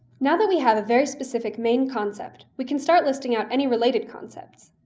now that we have a very specific main concept, we can start listing out any related concepts.